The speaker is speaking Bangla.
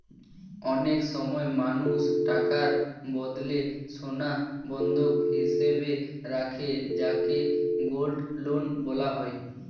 অনেক সময় মানুষ টাকার বদলে সোনা বন্ধক হিসেবে রাখে যাকে গোল্ড লোন বলা হয়